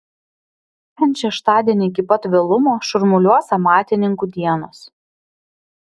ten šeštadienį iki pat vėlumo šurmuliuos amatininkų dienos